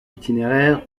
itinéraire